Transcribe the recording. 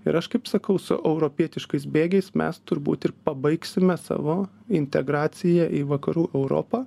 ir aš kaip sakau su europietiškais bėgiais mes turbūt ir pabaigsime savo integraciją į vakarų europą